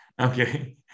okay